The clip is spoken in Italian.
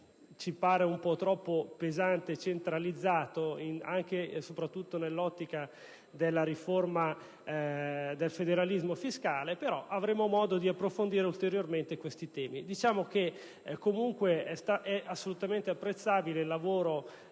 ci pare un po' troppo pesante e centralizzato, anche e soprattutto nell'ottica della riforma del federalismo fiscale, però avremo modo di approfondire ulteriormente questi temi. Comunque è assolutamente apprezzabile il lavoro